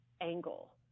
angle